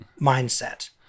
mindset